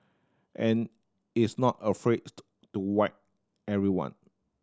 and is not afraid to whack everyone